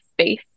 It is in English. space